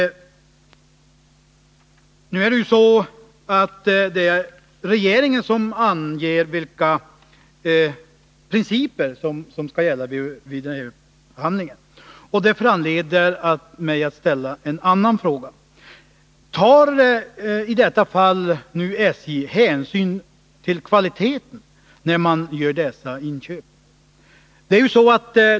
Nu anger regeringen vilka principer som skall gälla vid upphandlingen, och det föranleder mig att ställa en annan fråga: Tar i detta fall SJ hänsyn till kvaliteten när dessa inköp görs?